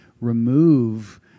remove